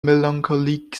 melancholic